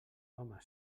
home